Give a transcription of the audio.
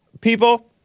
People